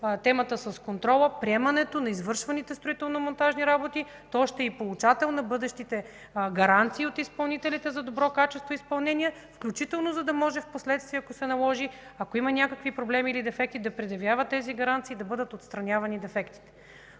темата с контрола, приемането на извършваните строително-монтажни работи, то ще е и получател на бъдещите гаранции от изпълнителите за добро качество и изпълнение, включително за да може, ако се наложи впоследствие, ако има някакви проблеми или дефекти, да предявява тези гаранции и да бъдат отстранявани дефектите.